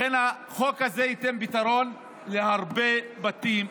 לכן החוק הזה ייתן פתרון להרבה בתים,